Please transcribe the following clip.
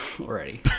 already